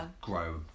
grow